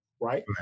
Right